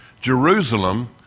Jerusalem